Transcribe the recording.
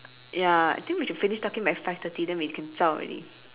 ya I think we should finish talking by five thirty then we can ciao already